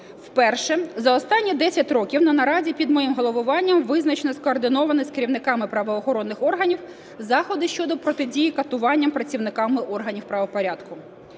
Вперше за останні 10 років на нараді під моїм головуванням визначено, скоординовані з керівниками правоохоронних органів, заходи щодо протидії катуванням працівниками органів правопорядку.